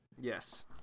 Yes